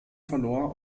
verlor